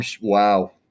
Wow